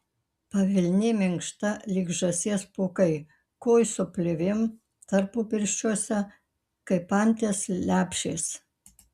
pavilnė minkšta lyg žąsies pūkai kojos su plėvėm tarpupirščiuose kaip anties lepšės